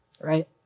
right